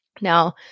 Now